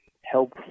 help